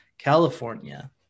California